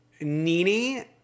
Nini